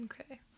Okay